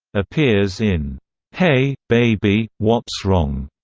appears in hey, baby, what's wrong,